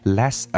less